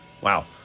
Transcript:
Wow